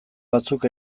batzuk